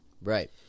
Right